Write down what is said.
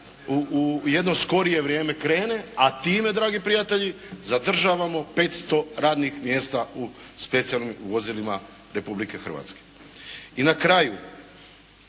u jedno skorije vrijeme krene, a time dragi prijatelji zadržavamo 500 radnih mjesta u specijalnim vozilima Republike Hrvatske. I na kraju